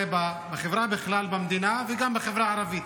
בחברה בכלל במדינה וגם בחברה הערבית.